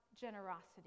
generosity